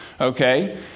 Okay